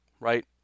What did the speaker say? right